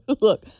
Look